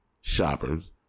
shoppers